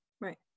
Right